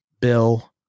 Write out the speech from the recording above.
Bill